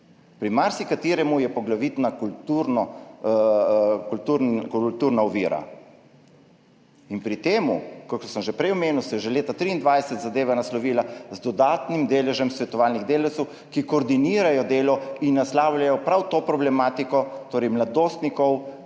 Pri marsikaterem je poglavitna kulturna ovira. In pri tem, kakor sem že prej omenil, se je že leta 2023 zadeva naslovila z dodatnim deležem svetovalnih delavcev, ki koordinirajo delo in naslavljajo prav to problematiko, torej mladostnikov,